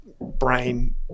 brain